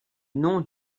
nom